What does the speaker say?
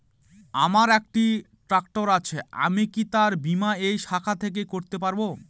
আমার একটি ট্র্যাক্টর আছে আমি কি তার বীমা এই শাখা থেকে করতে পারব?